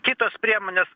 kitos priemonės